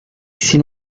sin